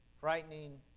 frightening